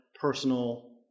personal